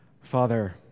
Father